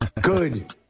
Good